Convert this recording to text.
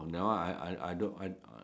that one I I I I I